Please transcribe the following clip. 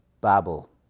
Babel